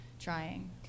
trying